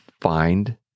find